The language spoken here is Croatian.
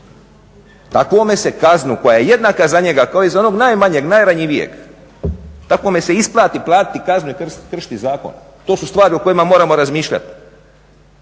Takvome se kaznu koja je jednaka za njega kao i za onog najmanjeg, najranjivijeg takvome se isplati platiti kaznu i kršiti zakon. to su stvari o kojima moramo razmišljati.